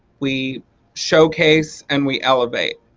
we showcase and we elevate.